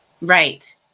right